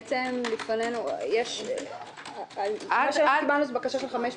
בעצם קיבלנו ויש לפנינו בקשות של חמש מפלגות.